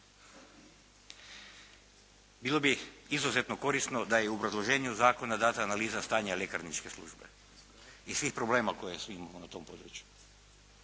Bilo bi izuzetno korisno da je i u obrazloženju zakona dana analiza stanja ljekarničke službe i svih problema koje svi imamo na tom području